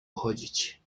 chodzić